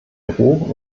drogen